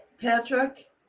Patrick